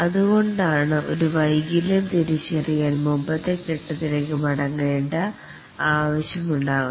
അതുകൊണ്ടാണ് ഒരു വൈകല്യം തിരിച്ചറിയാൻ മുമ്പത്തെ ഫേസ് മടങ്ങേണ്ട ആവശ്യം ഉണ്ടാകുന്നത്